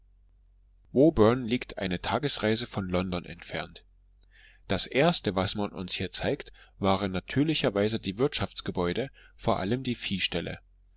woburn liegt eine tagesreise von london entfernt das erste was man uns hier zeigt waren natürlicherweise die wirtschaftsgebäude vor allem die